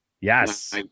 Yes